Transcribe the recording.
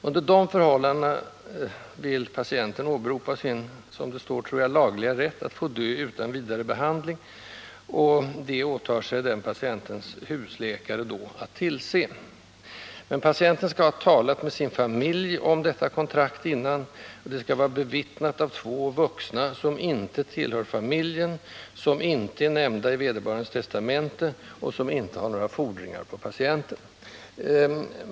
Under de förhållandena kan patienten åberopa sin lagliga rätt att få dö utan vidare behandling, och patientens ”husläkare” åtar sig att se till att så sker. Men patienten skall ha talat med sin familj om detta kontrakt och det skall vara bevittnat av två vuxna, som inte tillhör familjen, som inte är nämnda i vederbörandes testamente och som inte har några fordringar på patienten.